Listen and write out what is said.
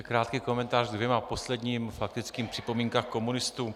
Krátký komentář ke dvěma posledním faktickým připomínkám komunistů.